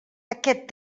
aquest